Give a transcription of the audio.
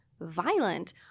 violent